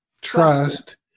Trust